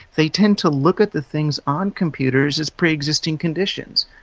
they tend to look at the things on computers as pre-existing conditions.